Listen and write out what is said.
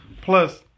Plus